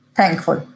Thankful